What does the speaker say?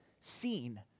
seen